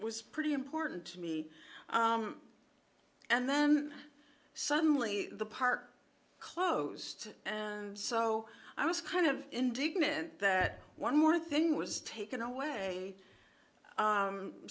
was pretty important to me and then suddenly the park closed and so i was kind of indignant that one more thing was taken away